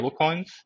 stablecoins